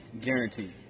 Guaranteed